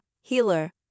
healer